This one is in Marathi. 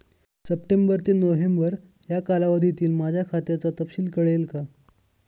सप्टेंबर ते नोव्हेंबर या कालावधीतील माझ्या खात्याचा तपशील कळेल का?